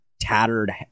tattered